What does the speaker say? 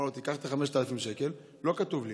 הוא אמר לו: קח את ה-5,000 שקל, לא כתוב לי.